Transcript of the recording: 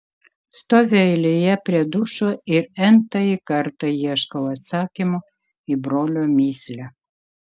stoviu eilėje prie dušo ir n tąjį kartą ieškau atsakymo į brolio mįslę